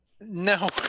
no